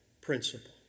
principle